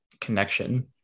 connection